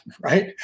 right